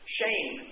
shame